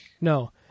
No